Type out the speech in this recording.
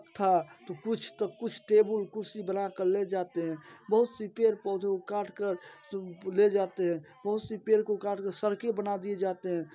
तख़्ता तओ कुछ तओ कुछ टेबुल कुरसी बना कर ले जाते हैं बहुत से पेड़ पौधों का काट कर उसे ले जाते हैं बहुत से पेड़ को काट कर सड़कें बना दी जाती हैं